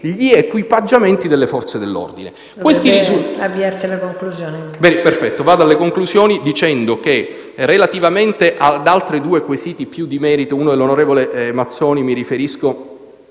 gli equipaggiamenti delle Forze dell'ordine.